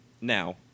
Now